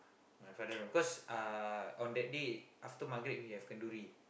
my father no cause uh on that day after maghrib we have kenduri